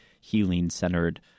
healing-centered